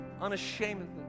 unashamedly